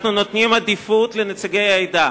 אנחנו נותנים עדיפות לנציגי העדה,